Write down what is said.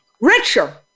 richer